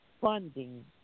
funding